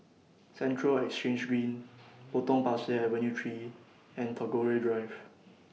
Central Exchange Green Potong Pasir Avenue three and Tagore Drive